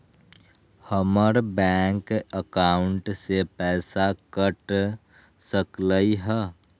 हमर bank account से पैसा कट सकलइ ह?